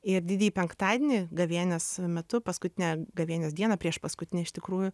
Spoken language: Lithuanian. ir didįjį penktadienį gavėnios metu paskutinę gavėnios dieną priešpaskutinę iš tikrųjų